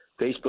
Facebook